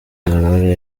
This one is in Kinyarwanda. aurore